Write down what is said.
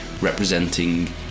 representing